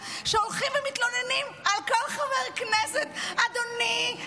שהולכים ומתלוננים על כל חבר כנסת: אדוני,